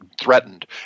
threatened